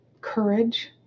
courage